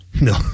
No